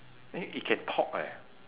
and it it can talk eh